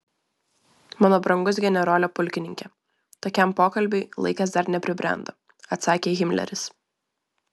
mano brangus generole pulkininke tokiam pokalbiui laikas dar nepribrendo atsakė himleris